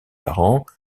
parents